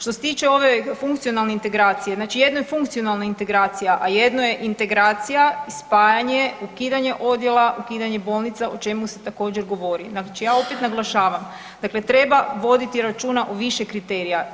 Što se tiče ove funkcionalne integracije, znači jedno je funkcionalna integracija a jedno je integracija, spajanje, ukidanje odjela, ukidanje bolnica o čemu se također govori, znači ja opet naglašavam, dakle treba voditi računa o više kriterija.